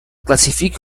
classifique